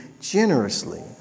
generously